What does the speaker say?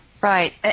Right